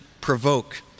provoke